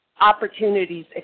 opportunities